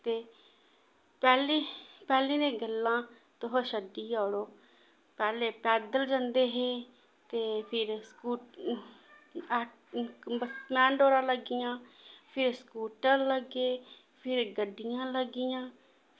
ते पैह्ली पैह्ली दी गल्लां तुस छड्डी गै ओड़ो पैह्लें पैदल जंदे हे ते फिर स्कू आट क बस मेटाडोरां लग्गियां फिर स्कूटर लग्गे फिर गड्डियां लग्गियां